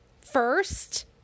first